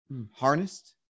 harnessed